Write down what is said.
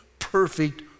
perfect